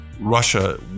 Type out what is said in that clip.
Russia